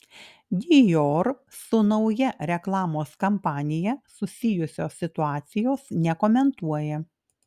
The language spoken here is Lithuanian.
dior su nauja reklamos kampanija susijusios situacijos nekomentuoja